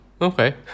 okay